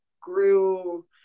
grew